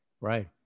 Right